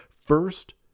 First